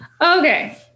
Okay